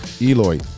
Eloy